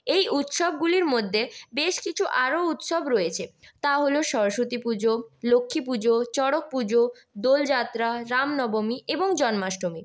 এই উৎসবগুলির মধ্যে বেশ কিছু আরও উৎসব রয়েছে তা হলো সরস্বতী পুজো লক্ষ্মী পুজো চড়ক পুজো দোলযাত্রা রামনবমী এবং জন্মাষ্টমী